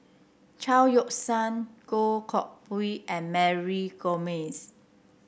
Chao Yoke San Goh Koh Pui and Mary Gomes